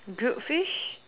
grilled fish